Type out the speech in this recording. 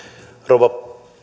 rouva